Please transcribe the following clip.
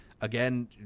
again